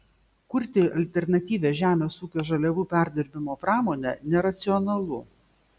kurti alternatyvią žemės ūkio žaliavų perdirbimo pramonę neracionalu